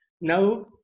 Now